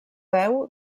veu